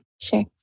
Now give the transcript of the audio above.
Sure